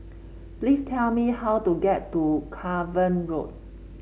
please tell me how to get to Cavan Road